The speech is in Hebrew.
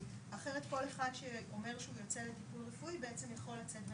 אחרת כל אחד שאומר שהוא יוצא לטיפול רפואי בעצם יכול לצאת ולהיכנס.